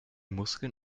muskeln